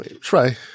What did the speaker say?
Try